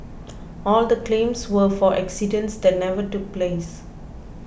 all the claims were for accidents that never took place